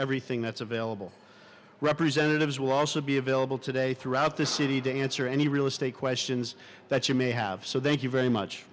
everything that's available representatives will also be available today throughout the city to answer any real estate questions that you may have so they can very much